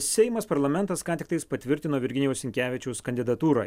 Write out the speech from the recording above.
seimas parlamentas ką tiktais patvirtino virginijaus sinkevičiaus kandidatūrą